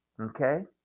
okay